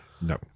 No